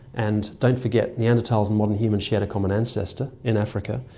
and don't forget, neanderthals and modern humans shared a common ancestor in africa,